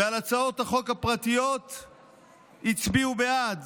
ועל הצעות החוק הפרטיות הצביעו בעד